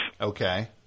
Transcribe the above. Okay